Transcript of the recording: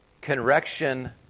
Correction